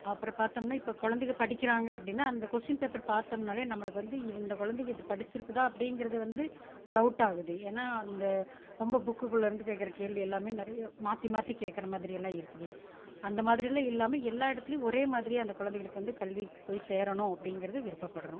அப்புறம் பார்த்தோம்னா இப்போ கொழந்தைங்க படிக்கிறாங்க அப்படினா அந்த கொஸ்டின் பேப்பர் பார்த்தோம்னாலே நம்மளுக்கு வந்து இந்த கொழந்தைங்க இது படிச்சுருக்குதா அப்படிங்கிறது வந்து டவுட் ஆகுது ஏன்னால் இந்த ரொம்ப புக்குக்குள்ளே இருந்து கேட்குற கேள்வி எல்லாமே நிறைய மாற்றி மாற்றி கேட்குற மாதிரி எல்லாம் இருக்குது அந்தமாதிரியெல்லாம் இல்லாமல் எல்லா இடத்துலையும் ஒரே மாதிரி அந்த கொழந்தைகளுக்கு வந்து கல்வி போய் சேரணும் அப்படிங்கிறது விருப்பப்படுறோம்